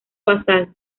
basal